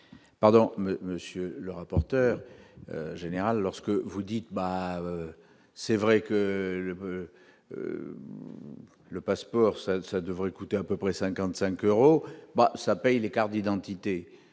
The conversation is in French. pardon monsieur le rapporteur général lorsque vous dites : bah, c'est vrai que le le passeport ça ça devrait coûter un peu près 55 euros, bon ça paye les cartes d'identité,